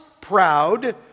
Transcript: proud